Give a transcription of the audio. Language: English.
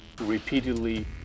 repeatedly